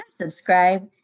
subscribe